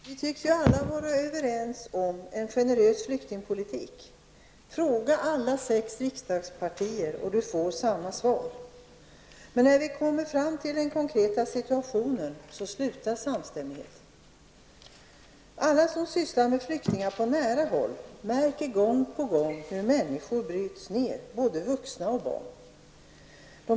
Herr talman! Vi tycks alla vara överens om att vi skall föra en generös flyktingpolitik. Fråga alla sex riksdagspartier, och du får samma svar. Men när vi kommer fram till den konkreta situationen upphör samstämmigheten. Alla som sysslar med flyktingar på nära håll märker gång på gång hur människor, både vuxna och barn, bryts ned.